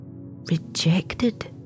rejected